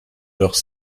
alors